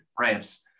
ramps